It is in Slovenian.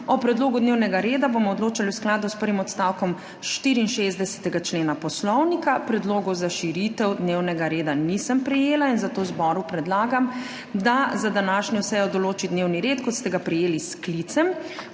O predlogu dnevnega reda bomo odločali v skladu s prvim odstavkom 64. člena Poslovnika. Predlogov za širitev dnevnega reda nisem prejela in zato zboru predlagam, da za današnjo sejo določi dnevni red, kot ste ga prejeli s sklicem.